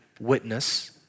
witness